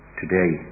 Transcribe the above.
today